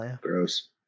Gross